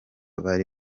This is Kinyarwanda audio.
bari